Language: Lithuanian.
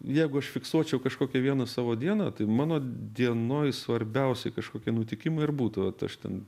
jeigu aš fiksuočiau kažkokią vieną savo dieną tai mano dienoj svarbiausi kažkokie nutikimai ir būtų vat aš ten